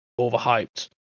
overhyped